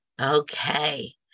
Okay